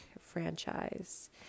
franchise